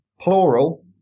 plural